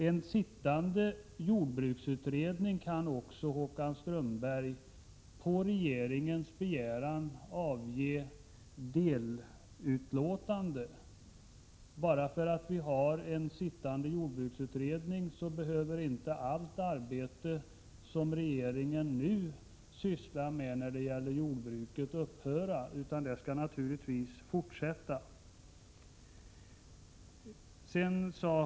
En sittande jordbruksutredning kan också, Håkan Strömberg, på regeringens begäran avge delutlåtanden. Bara därför att det pågår en jordbruksutredning behöver inte allt arbete som regeringen nu sysslar med när det gäller jordbruket upphöra, utan det skall naturligtvis fortsätta.